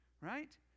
right